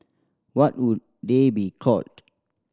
what would they be called